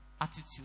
attitude